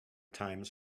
times